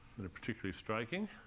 that are particularly striking.